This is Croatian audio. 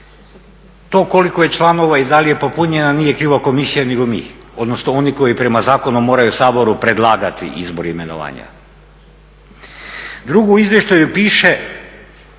to koliko je članova i da li je popunjena nije kriva komisija nego mi, odnosno oni koji prema zakonu moraju Saboru predlagati izbor imenovanja. Drugo, u izvještaju piše